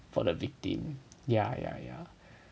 for the victim yeah yeah yeah